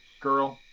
girl.